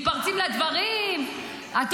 מתפרצים לדברים -- די.